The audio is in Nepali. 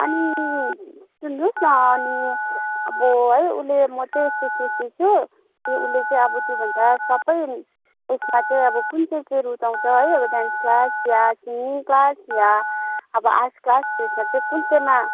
अनि सुन्नुहोस् न अनि अब है उसले म चाहिँ यस्तो सोच्दैछु उसले चाहिँ अब त्योभन्दा सबै उसमा चाहिँ अब कुन चाहिँ चाहिँ रुचाँउछ है अब डान्स क्लास या सिङ्गिङ क्लास या अब आर्ट क्लास यसमा कुन चाहिँमा